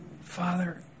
Father